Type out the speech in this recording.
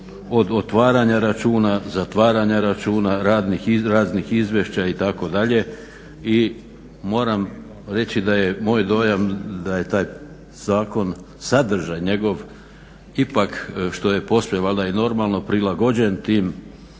od otvaranja računa, zatvaranja računa, raznih izvješća itd. i moram reći da je moj dojam da je taj zakon, sadržaj njegov ipak što je posve valjda i normalno prilagođen tim